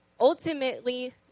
Ultimately